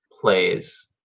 plays